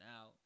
out